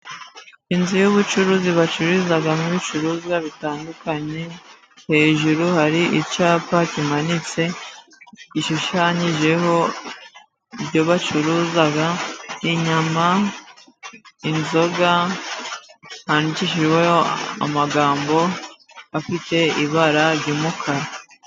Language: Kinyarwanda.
Inzu y'ubucuruzi bacururizamo ibicuruzwa bitandukanye. Hejuru hari icyapa kimanitse gishushanyijeho ibyo bacuruza. Inyama, inzoga, handikishijeho amagambo afite ibara ry'umukara.